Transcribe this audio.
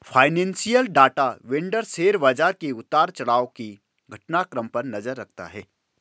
financial data vendor share बाजार के उतार चढ़ाव के घटनाक्रम पर नजर रखता है